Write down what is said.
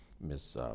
Miss